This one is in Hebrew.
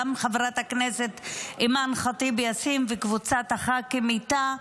גם חברת הכנסת אימאן ח'טיב יאסין וקבוצת הח"כים איתה,